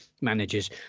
managers